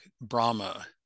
Brahma